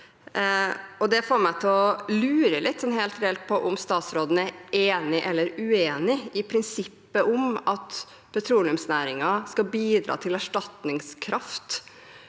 helt reelt til å lure litt på om statsråden er enig eller uenig i prinsippet om at petroleumsnæringen skal bidra til erstatningskraft